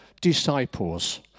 disciples